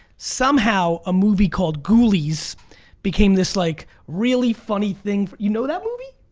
somehow a movie called ghoulies became this like really funny thing, you know that movie?